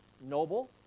noble